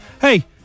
Hey